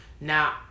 Now